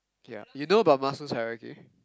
ya you know about Maslow's hierarchy